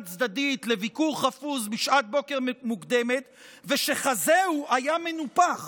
צדדית לביקור חפוז בשעת בוקר מוקדמת ושחזהו היה מנופח